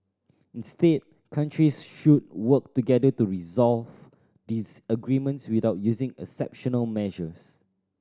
instead countries should work together to resolve disagreements without using exceptional measures